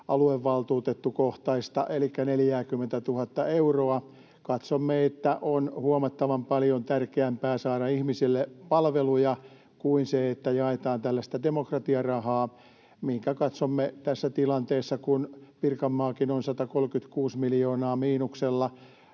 aluevaltuutettukohtaista rahaa elikkä 40 000:ta euroa. Katsomme, että on huomattavan paljon tärkeämpää saada ihmisille palveluja kuin se, että jaetaan tällaista demokratiarahaa, ja katsomme tässä tilanteessa, kun Pirkanmaakin on 136 miljoonaa miinuksella,